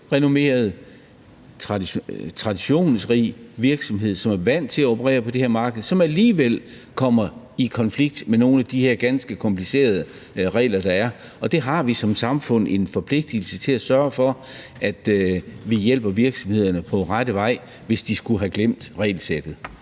velrenommeret, traditionsrig virksomhed, som er vant til at operere på det her marked, men som alligevel kommer i konflikt med nogle af de her ganske komplicerede regler, der er. Og der har vi som samfund en forpligtelse til at sørge for, at vi hjælper virksomhederne på rette vej, hvis de skulle have glemt regelsættet.